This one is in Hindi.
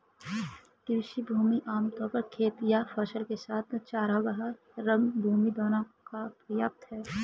कृषि भूमि आम तौर पर खेत या फसल के साथ चरागाह, रंगभूमि दोनों का पर्याय है